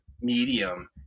medium